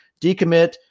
decommit